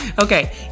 Okay